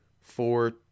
Four